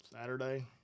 Saturday